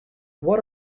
what